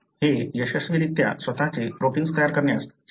ते यशस्वीरित्या स्वतःचे प्रोटिन्स तयार करण्यास सक्षम आहेत